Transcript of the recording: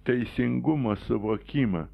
teisingumo suvokimą